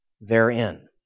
therein